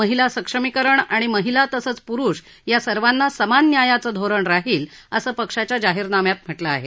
महिला सक्षमीकरण आणि महिला तसंच पुरुष सर्वांना समान न्यायाचं धोरणं राहील असं पक्षाच्या जाहीरनाम्यात म्हटलं आहे